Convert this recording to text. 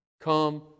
Come